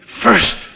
first